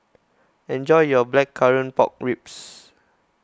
enjoy your Blackcurrant Pork Ribs